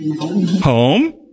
Home